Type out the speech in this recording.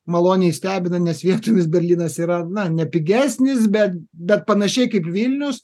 maloniai stebina nes vietomis berlynas yra na ne pigesnis bet bet panašiai kaip vilnius